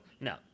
no